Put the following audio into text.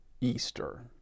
Easter